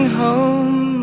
home